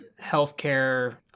healthcare